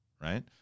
right